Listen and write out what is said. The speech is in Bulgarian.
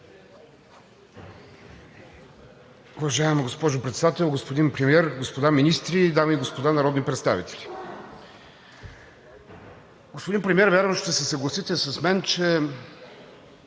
Уважаема госпожо Председател, господин Премиер, господа министри, дами и господа народни представители! Господин Премиер, вярвам ще се съгласите с мен, че